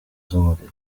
z’umuriro